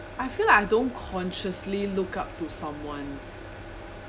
I feel like I don't consciously look up to someone